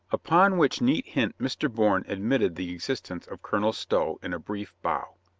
upon which neat hint mr. bourne admitted the existence of colonel stow in a brief bow.